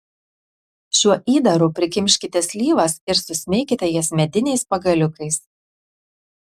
šiuo įdaru prikimškite slyvas ir susmeikite jas mediniais pagaliukais